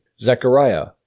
Zechariah